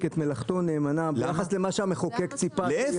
את מלאכתו נאמנה ביחס למה שהמחוקק ציפה שהוא יעשה.